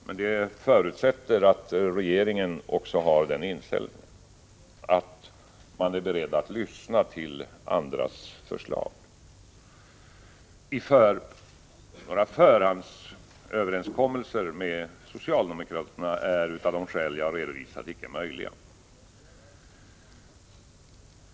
Men det förutsätter att regeringen också har den inställningen att man är beredd att lyssna till andras förslag. Några förhandsöverenskommelser med socialdemokraterna är av de skäl jag redovisade icke möjliga.